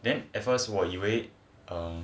then at first 我以为 um